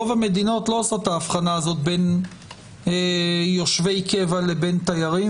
רוב המדינות לא עושו את ההבחנה הזו בין יושבי קבע לתיירים,